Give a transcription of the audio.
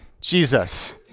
jesus